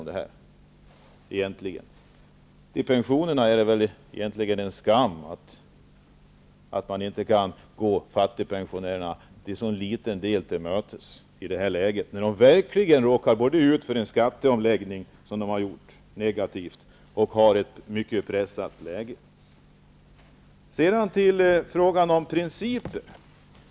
Det är egentligen en skam att man inte kan gå fattigpensionärerna till mötes i en sådan liten grad i detta läge när de har drabbats negativt av skatteomläggningen och har en mycket pressad situation. Sedan till frågan om principer.